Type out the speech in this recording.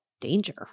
danger